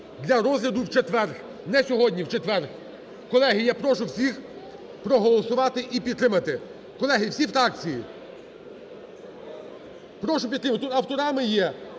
для розгляду в четвер, не сьогодні, у четвер. Колеги, я прошу всіх проголосувати і підтримати. Колеги, всі фракції, прошу підтримати. Тут авторами є